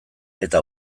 eta